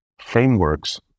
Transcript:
frameworks